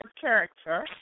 character